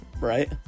right